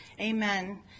Amen